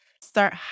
start